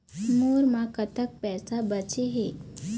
मोर म कतक पैसा बचे हे?